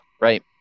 Right